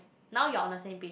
now you are on the same page